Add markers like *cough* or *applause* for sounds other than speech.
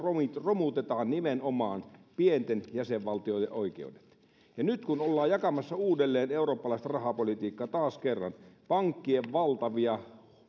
romutetaan nimenomaan pienten jäsenvaltioiden oikeudet ja nyt ollaan jakamassa uudelleen eurooppalaista rahapolitiikkaa taas kerran pankkien valtavia *unintelligible*